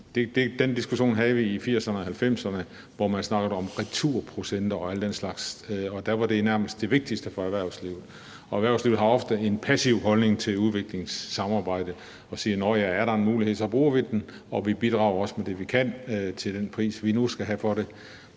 Den diskussion havde vi i 1980'erne og 1990'erne, hvor man snakkede om returprocenter og den slags, og da var det nærmest det vigtigste for erhvervslivet. Og erhvervslivet har ofte en passiv holdning til udviklingssamarbejde og siger: Nåh ja, er der en mulighed, så bruger vi den, og vi bidrager også med det, vi kan, til den pris, vi nu skal have for det.